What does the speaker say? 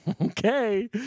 Okay